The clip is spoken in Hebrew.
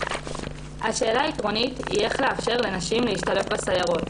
השאלה העקרונית היא איך לאפשר לנשים להשתלב בסיירות?